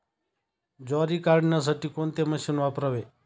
ज्वारी काढण्यासाठी कोणते मशीन वापरावे?